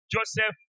Joseph